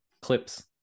clips